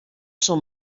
són